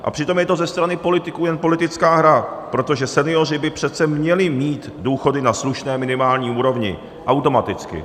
A přitom je to ze strany politiků jen politická hra, protože senioři by přece měli mít důchody na slušné minimální úrovni automaticky.